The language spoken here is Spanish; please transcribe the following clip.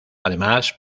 además